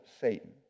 Satan